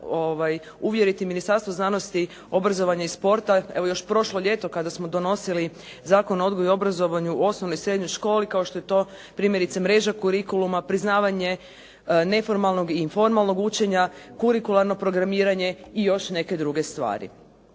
uvjeriti Ministarstvo znanosti, obrazovanja i sporta. Evo, još prošlo ljeto kada smo donosili Zakon o odgoju i obrazovanju u osnovnoj i srednjoj školi, kao što je to primjerice mreža kurikuluma, priznavanje neformalnog i formalnog učenja, kurikularno programiranje i još neke druge stvari.